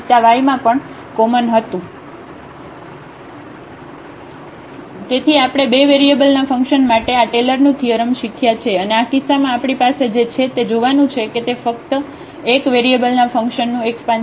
સારું તેથી આપણે બે વેરિયેબલના ફંકશન માટે આ ટેલરનું થીઅરમ શીખ્યા છે અને આ કિસ્સામાં આપણી પાસે જે છે તે જોવાનું છે કે તે ફક્ત 1 વેરિયેબલના આ ફંકશન નું એકસપાનષનછે